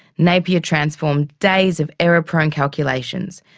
napier transformed days of error-prone calculations.